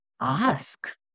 ask